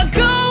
go